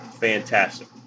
fantastic